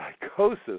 psychosis